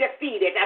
defeated